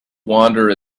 wander